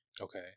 Okay